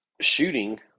shooting